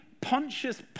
Pontius